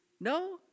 No